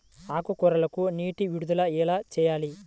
ఆకుకూరలకు నీటి విడుదల ఎలా చేయాలి?